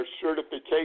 certification